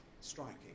Striking